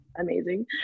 amazing